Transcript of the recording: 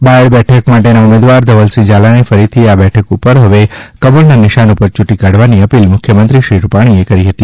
બાયડ બેઠક માટેના ઉમેદવાર ધવલસિંહ ઝાલાને ફરીથી આ બેઠક ઉપર હવે કમળના નિશાન ઉપર ચૂંટી કાઢવાની અપીલ મુખ્યમંત્રી રૂપાણીએ કરી છે